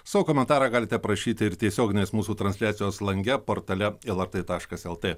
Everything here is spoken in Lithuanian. savo komentarą galite parašyti ir tiesioginės mūsų transliacijos lange portale lrt taškas lt